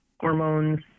hormones